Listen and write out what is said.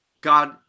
God